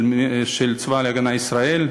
של צבא הגנה לישראל,